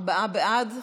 ארבעה בעד,